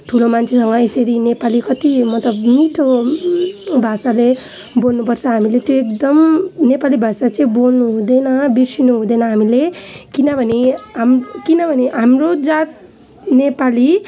ठुलो मान्छेसँग यसरी नेपाली कति मतलब मिठो भाषाले बोल्नु पर्छ हामीले त्यो एकदम नेपाली भाषा चाहिँ बोल्नु हुँदैन बिर्सनु हुँदैन हामीले किनभने हाम् किनभने हाम्रो जात नेपाली